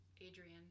Adrian